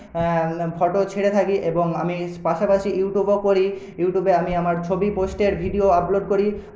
photo ছেড়ে থাকি এবং আমি স পাশাপাশি ইউটিউবও করি ইউটিউবে আমি আমার ছবি পোস্টের ভিডিও আপলোড করি